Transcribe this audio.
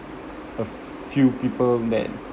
a few people that